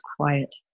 quiet